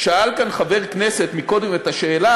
שאל כאן קודם חבר כנסת את השאלה,